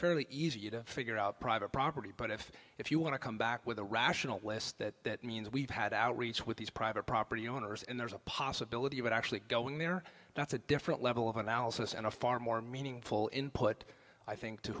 fairly easy to figure out private property but if if you want to come back with a rational list that means we've had outreach with these private property owners and there's a possibility of actually going there that's a different level of analysis and a far more meaningful input i think to